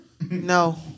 No